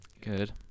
Good